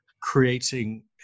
creating